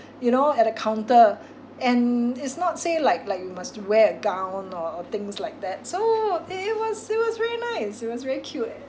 you know at the counter and it's not say like like you must wear a gown or things like that so it was it was very nice it was very cute